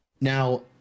Now